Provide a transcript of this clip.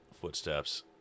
footsteps